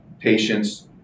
patients